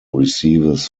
receives